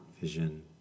vision